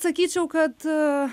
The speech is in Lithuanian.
sakyčiau kad